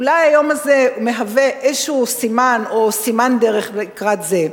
אולי היום הזה מהווה איזה סימן או סימן-דרך לקראת זה.